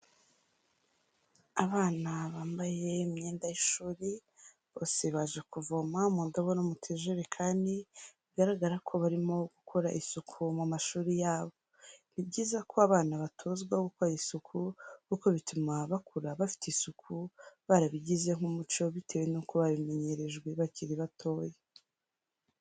Abana bambaye imyenda y'ishuri bose baje kuvoma mu ndobo no mu tujerekani bigaragara ko barimo gukora isuku mu mashuri yabo. Ni byiza ko abana batozwa gukora isuku kuko bituma bakura bafite isuku barabigize nk'umuco bitewe n'uko babamenyereje bakiri batoya.